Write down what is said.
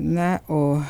na o